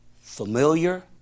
familiar